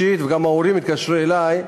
וגם ההורים התקשרו אלי,